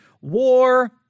war